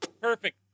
Perfect